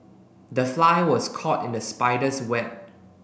the fly was caught in the spider's web